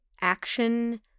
action